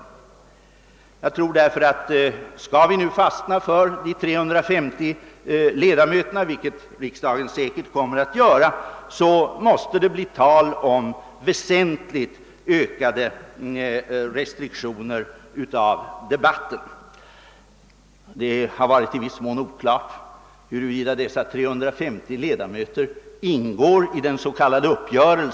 Skall vi därför fastna för 350 ledamöter, vilket riksdagen säkerligen kommer att göra, måste det bli väsentligt ökade inskränkningar då det gäller debatterna. Det har varit i viss mån oklart huruvida detta förslag om 350 ledamöter ingår i det s.k. paketet.